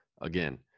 Again